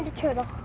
ah turtle.